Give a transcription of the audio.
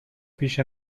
پیش